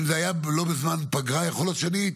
זה לא משנה אם זה יהיה בעוד חודש או בעוד שנתיים.